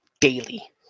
daily